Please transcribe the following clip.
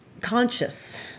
conscious